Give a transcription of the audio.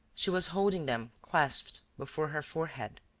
she was holding them clasped before her forehead,